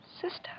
Sister